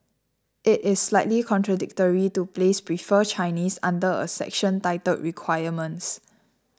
it is slightly contradictory to place prefer Chinese under a section titled requirements